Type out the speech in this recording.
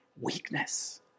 weakness